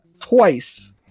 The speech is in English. twice